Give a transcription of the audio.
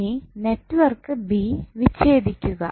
ഇനി network B വിച്ഛേദിക്കുക